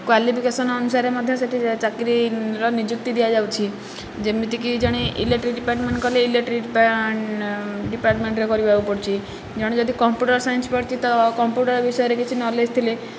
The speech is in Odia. କ୍ୱାଲିଫିକେସନ ଅନୁସାରେ ମଧ୍ୟ ସେ'ଠି ଚାକିରୀର ନିଯୁକ୍ତି ଦିଆଯାଉଛି ଯେମିତିକି ଜଣେ ଇଲେକ୍ଟ୍ରିକ୍ ଡିପାର୍ଟମେଣ୍ଟ କଲେ ଇଲେକ୍ଟ୍ରିକ୍ ଡିପାର୍ଟମେଣ୍ଟରେ କରିବାକୁ ପଡ଼ୁଛି ଜଣେ ଯଦି କମ୍ପୁଟର ସାଇନ୍ସ ପଢୁଛି ତ କମ୍ପୁଟର ବିଷୟରେ କିଛି ନଲେଜ ଥିଲେ